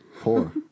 Poor